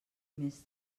més